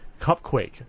cupquake